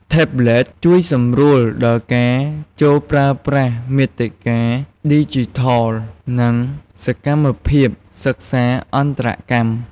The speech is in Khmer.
ថេបប្លេត (Tablet) ជួយសម្រួលដល់ការចូលប្រើប្រាស់មាតិកាឌីជីថល និងសកម្មភាពសិក្សាអន្តរកម្ម។